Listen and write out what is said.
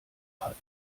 hat